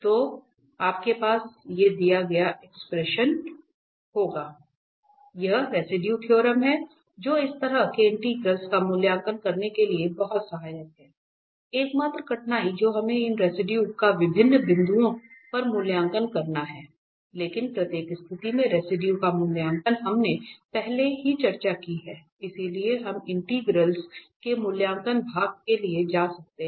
तो तो यह रेसिडुए थ्योरम है जो इस तरह के इंटेग्रलस का मूल्यांकन करने के लिए बहुत सहायक है एकमात्र कठिनाई जो हमें इन रेसिडुए का विभिन्न बिंदुओं पर मूल्यांकन करना है लेकिन प्रत्येक स्थिति में रेसिडुए का मूल्यांकन हमने पहले ही चर्चा की है इसलिए हम इंटेग्रलस के मूल्यांकन भाग के लिए जा सकते हैं